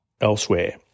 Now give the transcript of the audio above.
elsewhere